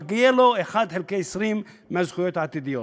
מגיע לו 1 חלקי 20 מהזכויות העתידיות,